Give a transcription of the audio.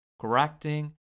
correcting